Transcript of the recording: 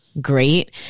great